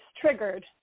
triggered